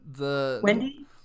Wendy